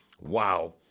Wow